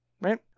right